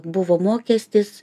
buvo mokestis